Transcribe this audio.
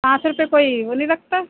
पाँच रुपए कोई वो नहीं रखता